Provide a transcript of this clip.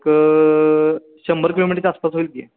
क शंभर किलोमीटरच्या आसपास होईल की